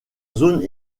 zone